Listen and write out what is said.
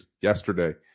yesterday